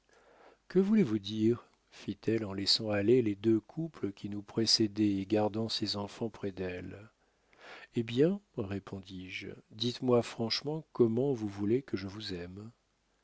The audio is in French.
que voulez-vous dire fit-elle en laissant aller les deux couples qui nous précédaient et gardant ses enfants près d'elle hé bien répondis-je dites-moi franchement comment vous voulez que je vous aime